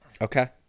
okay